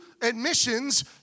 admissions